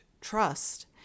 trust